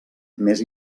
més